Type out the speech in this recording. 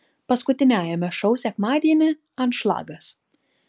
paskutiniajame šou sekmadienį anšlagas